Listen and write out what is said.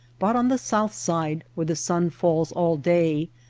but on the south side, where the sun falls all day,